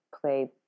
play